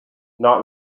not